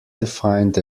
defined